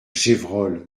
gévrol